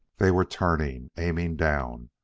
they were turning aiming down.